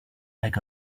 like